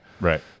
Right